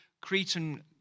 Cretan